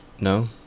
no